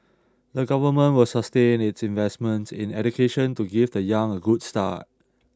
the government will sustain its investments in education to give the young a good start